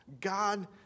God